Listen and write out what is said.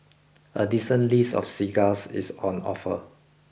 a decent list of cigars is on offer